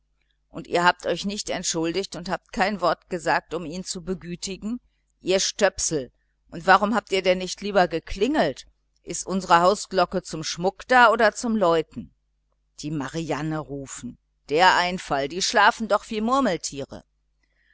und ihr habt euch nicht entschuldigt habt kein wort gesagt um ihn zu begütigen ihr stöpsel und warum habt ihr denn nicht lieber geklingelt ist unsere hausglocke zum schmuck da oder zum läuten die marianne rufen der einfall die schlafen doch wie murmeltiere